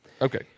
Okay